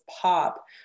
pop